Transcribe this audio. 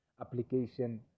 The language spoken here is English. application